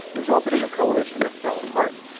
resulted in a coalition that fell apart.